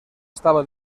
estaba